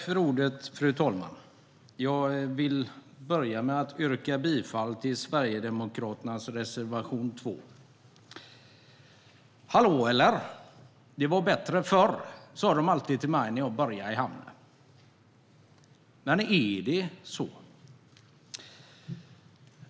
Fru talman! Jag yrkar bifall till Sverigedemokraternas reservation 2. "Hallå!" eller "Det var bättre förr" sa de alltid till mig när jag började i hamnen. Men är det så?